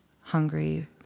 hungry